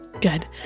good